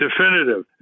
definitive